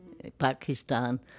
Pakistan